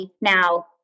now